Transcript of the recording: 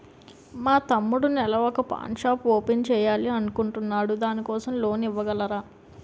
మా తమ్ముడు నెల వొక పాన్ షాప్ ఓపెన్ చేయాలి అనుకుంటునాడు దాని కోసం లోన్ ఇవగలరా?